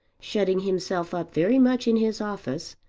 shutting himself up very much in his office,